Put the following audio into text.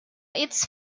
its